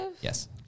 Yes